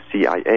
CIA